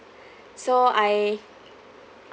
so I